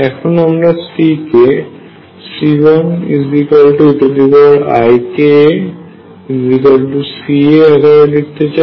এখন আমরা C কে C1eikaC আকারে লিখতে চাই